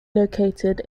located